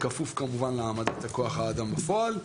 בכפוף כמובן להעמדת כוח האדם בפועל,